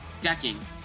decking